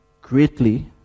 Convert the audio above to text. greatly